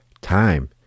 Time